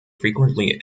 frequently